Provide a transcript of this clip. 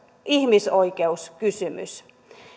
ihmisoikeuskysymys